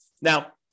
Now